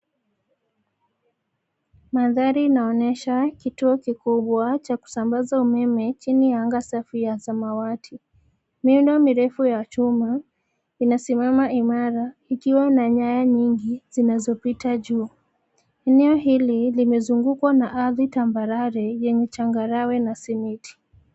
Mandhari inaonyesha kituo kikubwa cha kusambaza umeme chini ya anga safi ya samawati, miundo mirefu ya chuma, inasimama imara, ikiwa na nyaya nyingi, zinazopita juu, eneo hili limezungukwa na ardhi tambarare yenye changarawe na simiti.